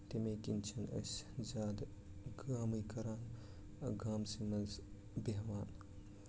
تَمہِ کِنۍ چھِ أسۍ زیادٕ کٲمٕے کران دُکانسٕے منٛز